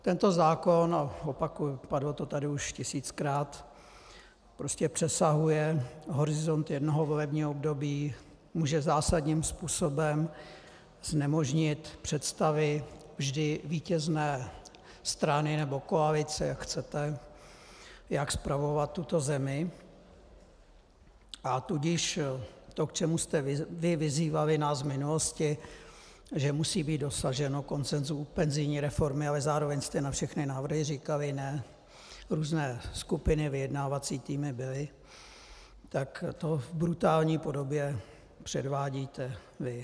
Tento zákon, a opakuji, padlo to tady už tisíckrát, prostě přesahuje horizont jednoho volebního období, může zásadním způsobem znemožnit představy vždy vítězné strany nebo koalice, jak chcete, jak spravovat tuto zemi, a tudíž to, k čemu jste vy vyzývali nás v minulosti, že musí být dosaženo konsensu u penzijní reformy, ale zároveň jste na všechny návrhy říkali ne, byly různé skupiny, vyjednávací týmy, tak to v brutální podobě předvádíte vy.